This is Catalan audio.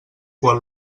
quan